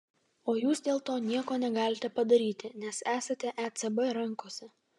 o jūs dėl to nieko negalite padaryti nes esate ecb rankose